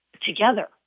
together